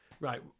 Right